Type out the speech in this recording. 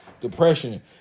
depression